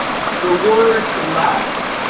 the word left.